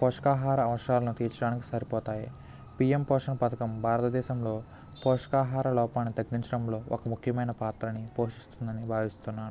పోషకాహార అవసరాలను తీర్చడానికి సరిపోతాయి పిఎం పోషణ పథకం భారతదేశంలో పోషకాహార లోపాన్ని తగ్గించడంలో ఒక ముఖ్యమైన పాత్రని పోషిస్తుందని భావిస్తున్నాను